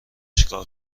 چکار